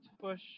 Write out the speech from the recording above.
push